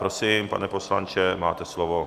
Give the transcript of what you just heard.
Prosím, pane poslanče, máte slovo.